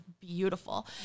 beautiful